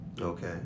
okay